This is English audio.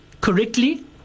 correctly